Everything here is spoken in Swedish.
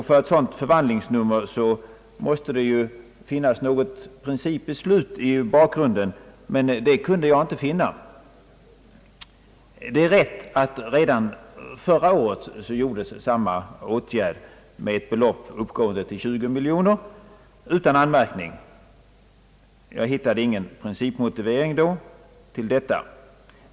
För ett sådant förvandlingsnummer måste det ju finnas något principbeslut i bakgrunden, men det kunde jag inte finna. Det är riktigt att redan förra året verkställdes en sådan åtgärd, med ett belopp uppgående till 20 miljoner kronor, utan anmärkning. Jag hittade då ingen motivering för åtgärden.